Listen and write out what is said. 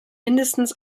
mindestens